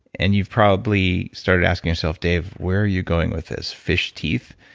and you've probably started asking yourself, dave, where are you going with this fish teeth?